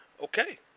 Okay